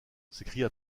s’écria